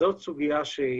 זאת סוגיה,